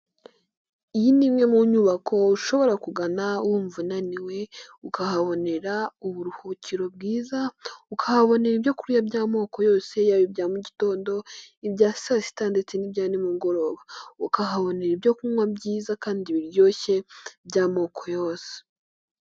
Iyi ni imwe mu nyubako ushobora kugana wumva unaniwe ukahabonera uburuhukiro bwiza, ukahabonera ibyokurya by'amoko yose yaba ibya mugitondo, ibya saa sita ndetse n'ibya nimugoroba, ukahabonera ibyo kunywa byiza kandi biryoshye by'amoko yose.